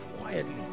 quietly